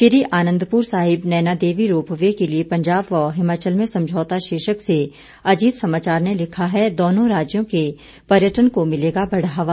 Shri Anandpur Sahib Naina Devi ropeway के लिए पंजाब व हिमाचल में समझौता शीर्षक से अजीत समाचार ने लिखा है दोनों राज्यों के पर्यटन को मिलेगा बढ़ावा